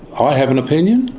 i have an opinion,